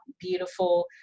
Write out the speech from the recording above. beautiful